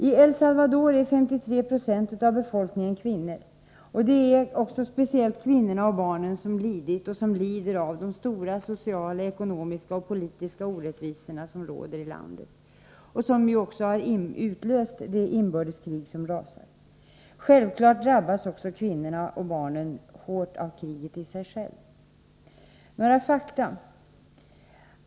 I El Salvador är 53 90 av befolkningen kvinnor, och det är speciellt kvinnorna och barnen som har lidit och lider av de stora sociala, ekonomiska och politiska orättvisorna i landet. Det är också dessa orättvisor som har utlöst det inbördeskrig som rasar. Självklart drabbas också kvinnorna och barnen hårt av kriget i sig självt. Låt mig ge några fakta.